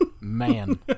Man